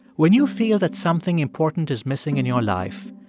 when you feel that something important is missing in your life,